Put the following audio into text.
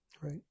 Right